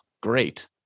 great